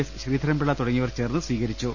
S Sreedharan Pillai തുടങ്ങിയവർ ചേർന്ന് സ്വീക രിച്ചു